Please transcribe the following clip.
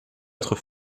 autre